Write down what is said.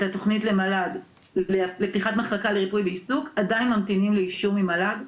התוכנית למל"ג לפתיחת מחלקה לריפוי בעיסוק עדיין ממתינים לאישור ממל"ג.